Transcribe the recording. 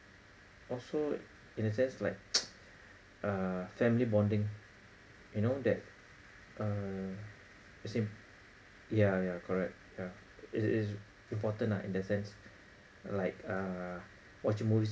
also in a sense like uh family bonding you know that uh same ya ya correct ya it is important lah in the sense like err watching movies